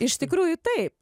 iš tikrųjų taip